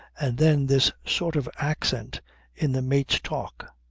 and then this sort of accent in the mate's talk.